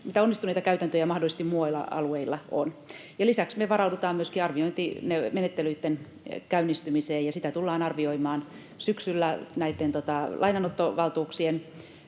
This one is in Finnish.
niitä onnistuneita käytäntöjä, mitä mahdollisesti muilla alueilla on. Lisäksi me varaudutaan myöskin arviointimenettelyitten käynnistymiseen, ja sitä tullaan arvioimaan syksyllä näitten lainanottovaltuuksien